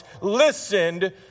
listened